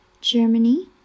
Germany